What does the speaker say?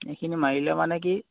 এইখিনি মাৰিলে মানে কি